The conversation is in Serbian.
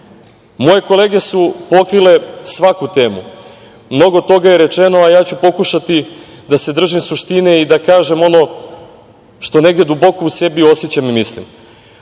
kolege su pokrile svaku temu. Mnogo toga je rečeno, a ja ću pokušati da se držim suštine i da kažem ono što negde u sebi duboko osećam i mislim. Kolega